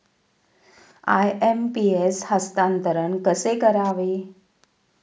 IMPS हस्तांतरण कसे करावे?